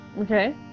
okay